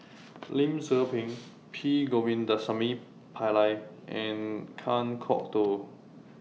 Lim Tze Peng P Govindasamy Pillai and Kan Kwok Toh